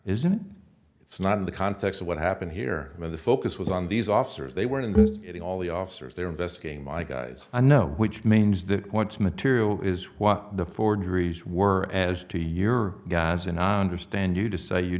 isn't it it's not in the context of what happened here when the focus was on these officers they were in it all the officers they're investigating my guys i know which means that what's material is what the forgeries were as to your guys in onder stand you to say you